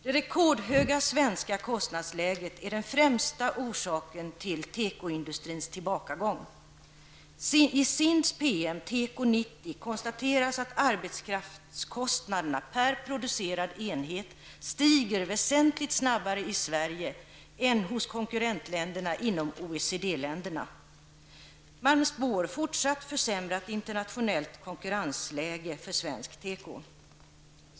Det rekordhöga svenska kostnadsläget är den främsta orsaken till tekoindustrins tillbakagång. I SINDs PM TEKO 90 konstateras att arbetskraftskostnaderna per producerad enhet stiger väsentligt snabbare i Sverige än hos konkurrentländerna inom OECD-området. Man spår fortsatt försämrad internationellt konkurrensläge för svensk teko.